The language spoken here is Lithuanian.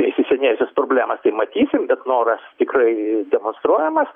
įsisenėjusias problemas tai matysim bet noras tikrai demonstruojamas